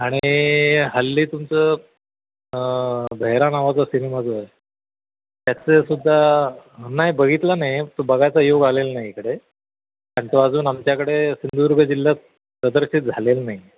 आणि हल्ली तुमचं बहिरा नावाचा सिनेमा जो आहे त्याचेसुद्धा नाही बघितला नाही तो बघायचा योग आलेला नाही इकडे आण तो अजून आमच्याकडे सिंधुदुर्ग जिल्ह्यात प्रदर्शित झालेलं नाही